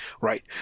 right